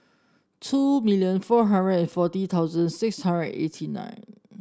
two million four hundred and forty thousand six hundred eighty nine